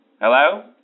Hello